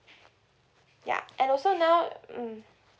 ya and also now mm